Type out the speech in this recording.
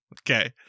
Okay